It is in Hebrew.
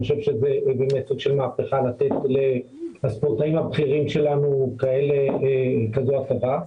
זו מהפכה, לתת לספורטאים הבכירים שלנו כזו הטבה.